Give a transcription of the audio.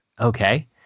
okay